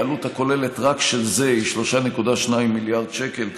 העלות הכוללת רק של זה היא 3.2 מיליארד שקל,